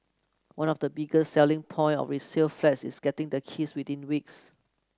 one of the biggest selling point of resale flats is getting the keys within weeks